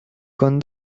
con